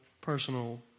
personal